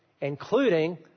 including